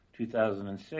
2006